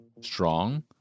strong